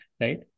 right